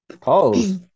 Pause